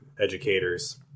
educators